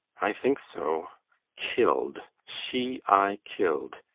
i think so kill'd! she i kill'd!